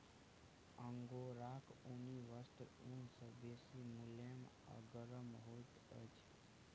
अंगोराक ऊनी वस्त्र ऊन सॅ बेसी मुलैम आ गरम होइत अछि